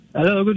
Hello